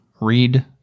read